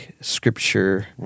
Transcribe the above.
Scripture